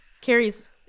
Carrie's